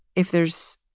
if there's